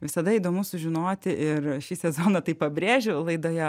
visada įdomu sužinoti ir šį sezoną tai pabrėžiu laidoje